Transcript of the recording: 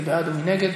מי בעד ומי נגד?